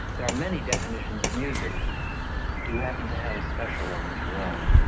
there are many definitions of music and you happen to have a special one of your own.